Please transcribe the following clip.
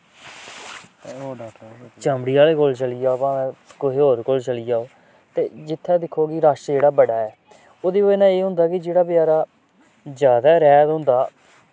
चमड़ी आह्ले कोल चली जाओ भाएं कुसै होर कोल चली जाओ ते जित्थै दिक्खो कि रश जेह्ड़ा ऐ बड़ा ऐ ओह्दी वजह् नै एह् होंदा कि जेह्ड़ा बचारा ज्यादा रैह्त होंदा